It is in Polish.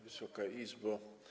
Wysoka Izbo!